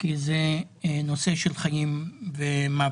כי זה נושא של חיים ומוות.